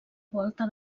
volta